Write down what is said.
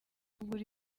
kugura